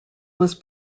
was